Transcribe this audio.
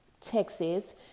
Texas